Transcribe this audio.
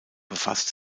befasst